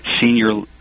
senior